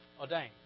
ordained